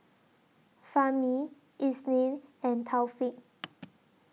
Fahmi Isnin and Taufik